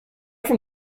from